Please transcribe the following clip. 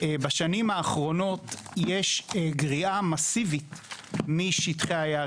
שבשנים האחרונות יש גריעה מסיבית משטחי היער.